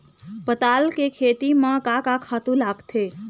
पताल के खेती म का का खातू लागथे?